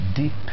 deep